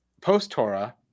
post-Torah